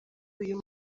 uyu